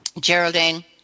Geraldine